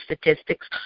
statistics